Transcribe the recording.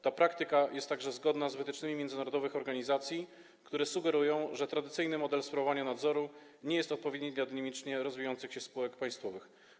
Ta praktyka jest także zgodna z wytycznymi międzynarodowych organizacji, które sugerują, że tradycyjny model sprawowania nadzoru nie jest odpowiedni dla dynamicznie rozwijających się spółek państwowych.